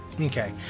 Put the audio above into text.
Okay